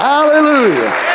Hallelujah